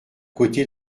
côté